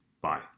Bye